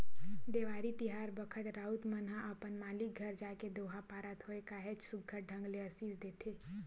देवारी तिहार बखत राउत मन ह अपन मालिक घर जाके दोहा पारत होय काहेच सुग्घर ढंग ले असीस देथे